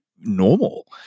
normal